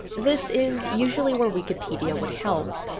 this is usually where wikipedia would help,